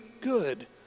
good